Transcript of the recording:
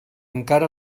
encara